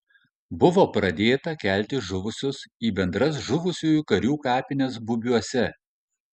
buvo pradėta kelti žuvusius į bendras žuvusiųjų karių kapines bubiuose